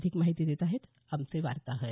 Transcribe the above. अधिक माहिती देत आहेत आमचे वार्ताहर